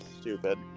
stupid